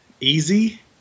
easy